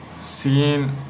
seen